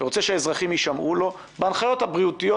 ורוצה שהאזרחים יישמעו לו בהנחיות הבריאות,